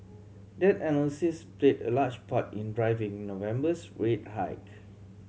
that analysis played a large part in driving November's rate hike